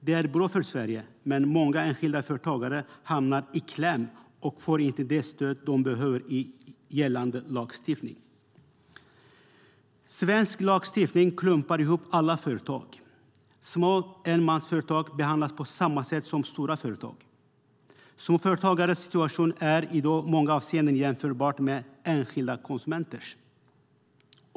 Det är bra för Sverige, men många enskilda företagare hamnar i kläm och får inte det stöd de behöver i gällande lagstiftning. Svensk lagstiftning klumpar ihop alla företag. Små enmansföretag behandlas på samma sätt som stora företag. Småföretagares situation är i många avseenden jämförbar med enskilda konsumenters.